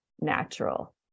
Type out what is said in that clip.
natural